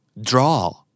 draw